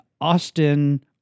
Austin